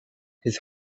his